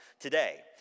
today